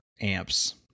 amps